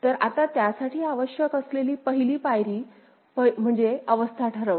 तर आता त्यासाठी आवश्यक असलेली पहिली पायरी म्हणजे अवस्था ठरवणे